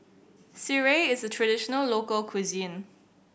Sireh is a traditional local cuisine